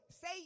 say